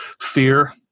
fear